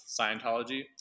Scientology